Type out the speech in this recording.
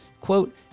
Quote